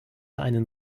einen